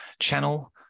channel